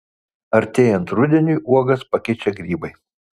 artėjant rudeniui uogas pakeičia grybai